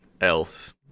else